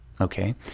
Okay